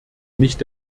nicht